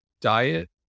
Diet